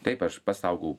taip aš pats augau